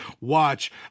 watch